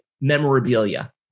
memorabilia